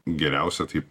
geriausia tai